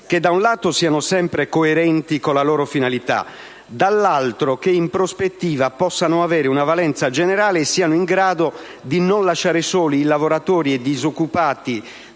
che, da un lato, siano sempre coerenti con la loro finalità e che, dall'altro, in prospettiva possano avere una valenza generale e siano in grado di non lasciare soli lavoratori e disoccupati